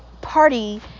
Party